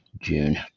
June